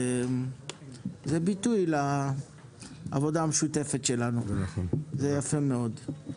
וזה ביטוי לעבודה המשותפת שלנו וזה יפה מאוד.